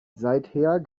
seither